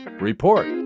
Report